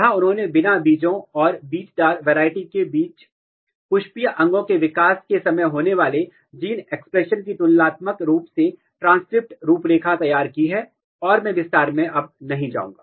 जहां उन्होंने बिना बीजों और बीजदार वैरायटी के बीच पुष्पीय अंगों के विकास के समय होने वाले जीन एक्सप्रेशन की तुलनात्मक रूप से ट्रांसक्रिप्ट रूपरेखा तैयार की है और मैं विस्तार मैं नहीं जाऊँगा